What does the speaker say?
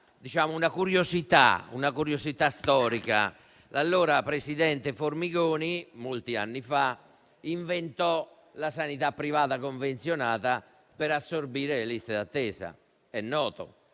una curiosità storica: l'allora presidente Formigoni, molti anni fa, inventò la sanità privata convenzionata per assorbire le liste d'attesa, che